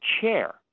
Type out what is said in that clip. chair